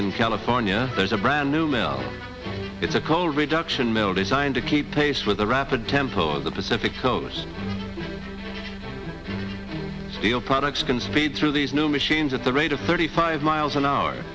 in california there's a brand new mill it's a coal reduction mill designed to keep pace with the rapid tempo of the pacific coast steel products can speed through these new machines at the rate of thirty five miles an hour